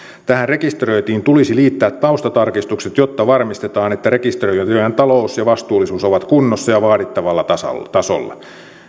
tähän rekisteröintiin tulisi liittää taustatarkistukset jotta varmistetaan että rekisteröityjen talous ja vastuullisuus ovat kunnossa ja vaadittavalla tasolla tasolla